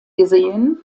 gesehen